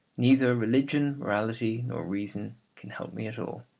neither religion, morality, nor reason can help me at all.